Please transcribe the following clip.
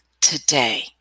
today